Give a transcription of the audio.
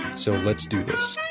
so let's do this.